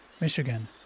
Michigan